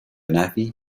نحوی